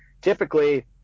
typically